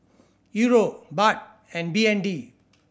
Euro Baht and B N D